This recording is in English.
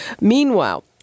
Meanwhile